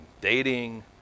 dating